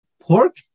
pork